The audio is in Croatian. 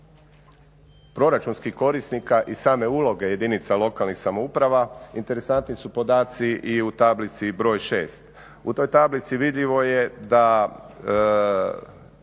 proračunskih korisnika i same uloge jedinica lokalnih samouprava interesantni su podaci i u tablici broj 6. U toj tablici vidljivo je da